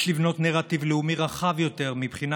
יש לבנות נרטיב לאומי רחב יותר מבחינה